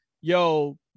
yo